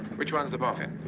which one's the boffin?